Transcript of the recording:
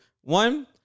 One